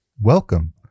Welcome